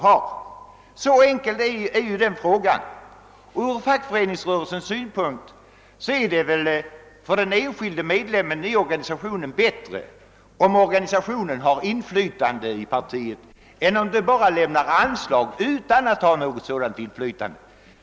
För den enskilde medlemmen i fackföreningsrörelsen är det väl bättre, om organisationen har inflytande i partiet än om det bara lämnar anslag utan att ha något inflytande?